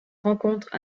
rencontre